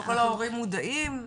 לא כל ההורים מודעים,